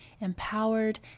empowered